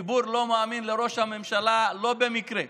הציבור לא מאמין לראש הממשלה לא במקרה.